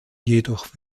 jedoch